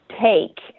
take